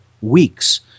weeks